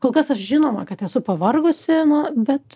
kol kas aš žinoma kad esu pavargusi nuo bet